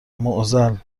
معضل